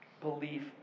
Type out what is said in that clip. belief